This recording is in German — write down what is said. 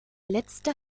letzte